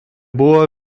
buvo